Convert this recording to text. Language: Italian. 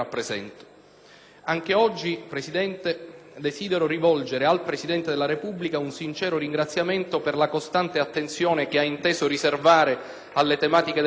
Anche oggi, signor Presidente, desidero rivolgere al Presidente della Repubblica un sincero ringraziamento per la costante attenzione che ha inteso riservare alle tematiche della giustizia,